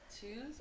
Choose